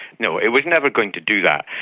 you know it was never going to do that,